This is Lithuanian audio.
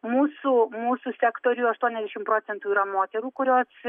mūsų mūsų sektoriui aštuoniasdešim procentų yra moterų kurios